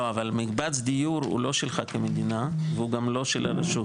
לא אבל מקבץ דיור הוא לא שלך כמדינה והוא גם לא של הרשות,